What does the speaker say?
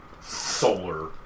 solar